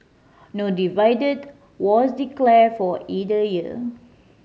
no dividend was declared for either year